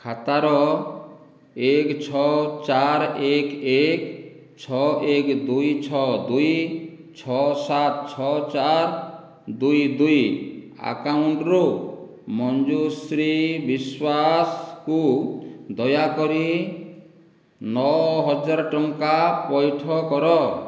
ଖାତାର ଏକ ଛଅ ଚାର ଏକ ଏକ ଛଅ ଏକ ଦୁଇ ଛଅ ଦୁଇ ଛଅ ସାତ ଛଅ ଚାରି ଦୁଇ ଦୁଇ ଆକାଉଣ୍ଟରୁ ମଞ୍ଜୁଶ୍ରୀ ବିଶ୍ୱାସକୁ ଦୟାକରି ନଅ ହଜାର ଟଙ୍କା ପଇଠ କର